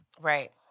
Right